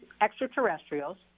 extraterrestrials